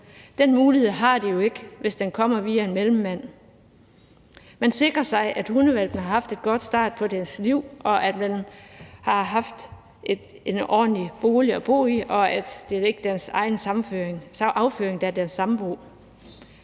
Den mulighed har de jo ikke, hvis hunden kommer via en mellemmand. Man sikrer sig, at hundehvalpene har haft en god start på deres liv, at de har haft en ordentlig bolig at bo i, og at det ikke er deres egen afføring, der er deres sambo.